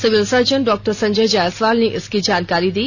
civil surgeon डॉ संजय जायसवाल ने इसकी जानकारी दी